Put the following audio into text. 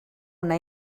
una